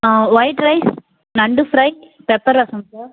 white rice நண்டு fry pepper rasam sir